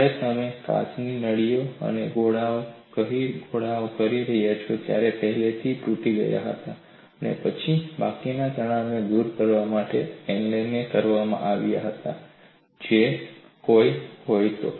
જ્યારે તમે કાચની નળીઓ અને ગોળાઓ કહો છો ત્યારે તે પહેલાથી તૂટી ગયા હતા અને પછી બાકીના તણાવને દૂર કરવા માટે એનેલ કરવામાં આવ્યા હતા જો કોઈ હોય તો